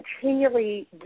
continually